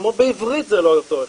כמו שבעברית זה לא אותו אחד,